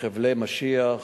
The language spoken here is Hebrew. כ"חבלי משיח",